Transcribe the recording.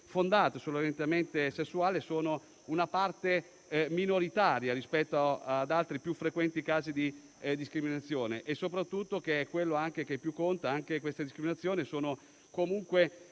fondate sull'orientamento sessuale sono una parte minoritaria rispetto ad altri più frequenti casi di discriminazione, e soprattutto che ciò che più conta è che tali discriminazioni sono comunque